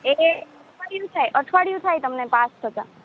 એ એ અઠવાડિયું થાય અઠવાડિયું થાય તમને પાસ થતાં